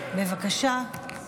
בבקשה.